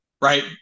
right